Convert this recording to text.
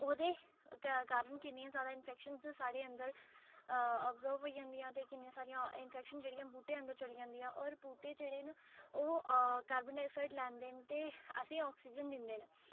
ओह्दे कारण कि'न्नियां जादा इंफेक्शन्स साढ़े अंदर ऑब्जर्व होई जंदियां ते कि'न्नियां सारियां इंफेक्शन्स जेह्ड़ियां बूह्टें अंदर चली जंदियां होर बूह्टे जेह्ड़े न ओह् कार्बन डाइऑक्साइड लैंदे न ते असें ई ऑक्सीजन दिंदे न